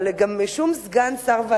אבל גם שום סגן שר,